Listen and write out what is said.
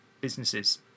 businesses